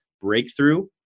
Breakthrough